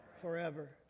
forever